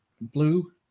Blue